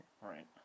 Right